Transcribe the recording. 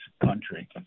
country